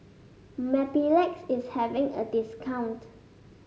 Mepilex is having a discount